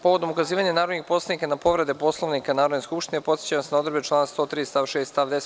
Povodom ukazivanja narodnih poslanika na povrede Poslovnika Narodne skupštine, podsećam vas na odredbe člana 103. st. 6. i 10.